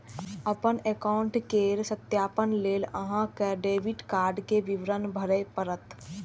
अपन एकाउंट केर सत्यापन लेल अहां कें डेबिट कार्ड के विवरण भरय पड़त